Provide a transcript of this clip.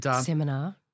seminar